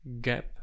gap